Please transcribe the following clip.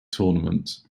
tournament